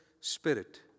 spirit